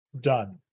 done